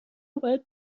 باید